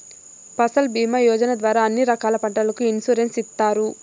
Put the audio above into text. ఫసల్ భీమా యోజన ద్వారా అన్ని రకాల పంటలకు ఇన్సురెన్సు ఇత్తారు